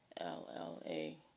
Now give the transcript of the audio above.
L-L-A